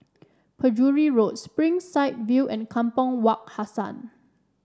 Penjuru Road Springside View and Kampong Wak Hassan